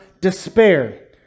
despair